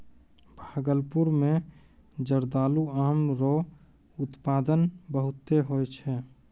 भागलपुर मे जरदालू आम रो उत्पादन बहुते हुवै छै